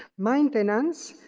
maintenance,